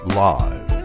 live